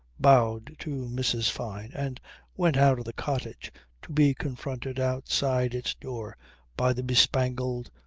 bowed to mrs. fyne, and went out of the cottage to be confronted outside its door by the bespangled,